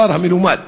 השר המלומד: